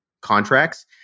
contracts